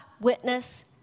witness